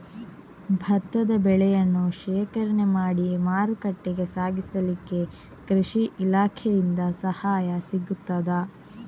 ಭತ್ತದ ಬೆಳೆಯನ್ನು ಶೇಖರಣೆ ಮಾಡಿ ಮಾರುಕಟ್ಟೆಗೆ ಸಾಗಿಸಲಿಕ್ಕೆ ಕೃಷಿ ಇಲಾಖೆಯಿಂದ ಸಹಾಯ ಸಿಗುತ್ತದಾ?